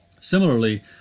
Similarly